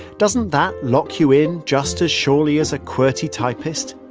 doesn't that lock you in just as surely as a qwerty typist?